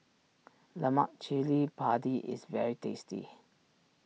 Lemak chilli Padi is very tasty